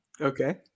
Okay